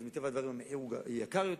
מטבע הדברים המחיר גבוה יותר.